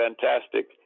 fantastic